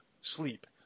sleep